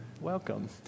Welcome